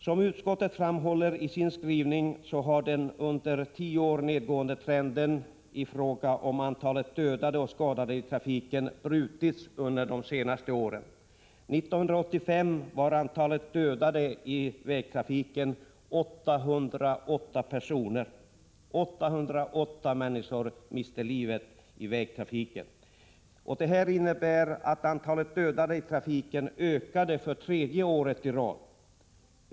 Som utskottet framhåller i sin skrivning, har den under tio år nedåtgående trenden i fråga om antalet dödade och skadade i trafiken brutits under de senaste åren. 1985 miste 808 människor livet i vägtrafiken, vilket innebär att antalet dödade i trafiken ökade för tredje året i rad.